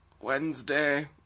Wednesday